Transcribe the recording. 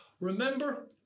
Remember